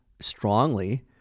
strongly